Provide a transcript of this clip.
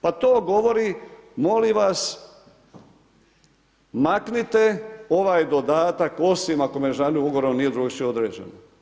Pa to govori molim vas, maknite ovaj dodatak, osim ako međunarodnim ugovorom nije drugačije određeno.